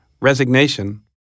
resignation